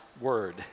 Word